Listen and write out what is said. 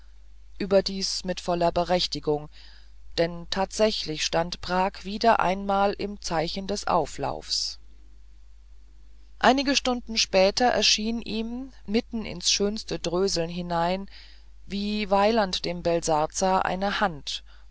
überdies mit voller berechtigung denn tatsächlich stand prag wieder einmal im zeichen des auflaufs einige stunden später erschien ihm mitten ins schönste dröseln hinein wie weilend dem belsazar eine hand